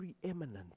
preeminent